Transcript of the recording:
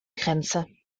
grenze